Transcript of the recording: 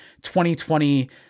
2020